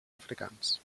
africans